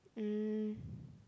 um